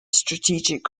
strategic